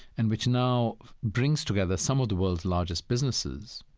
and which now brings together some of the world's largest businesses,